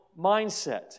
mindset